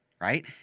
right